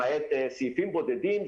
למעט סעיפים בודדים,